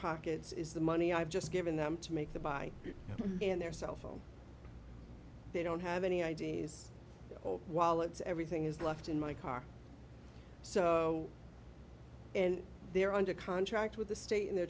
pockets is the money i've just given them to make the buy in their cell phone they don't have any idea is while it's everything is left in my car so and they are under contract with the state and they're